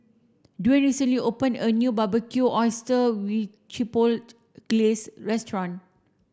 Dwane recently opened a new Barbecued Oysters with Chipotle Glaze restaurant